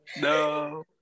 No